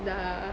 dah